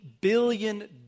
billion